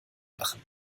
lachen